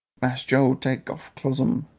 mass joe take off closums.